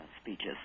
speeches